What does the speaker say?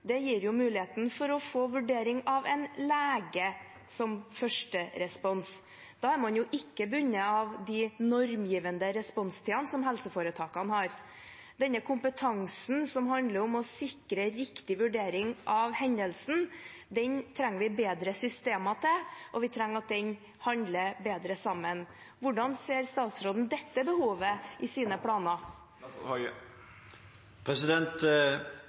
gir mulighet for å få vurdering av en lege som første respons, og da er man jo ikke bundet av de normgivende responstidene som helseforetakene har. Denne kompetansen, som handler om å sikre riktig vurdering av hendelsen, trenger vi bedre systemer til, og vi trenger at den handler bedre sammen. Hvordan ser statsråden dette behovet i sine planer?